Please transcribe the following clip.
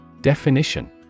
Definition